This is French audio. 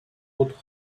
autres